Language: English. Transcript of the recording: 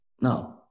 No